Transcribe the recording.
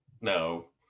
no